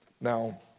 Now